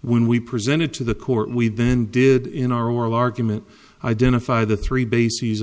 when we presented to the court we then did in our oral argument identify the three bases